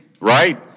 right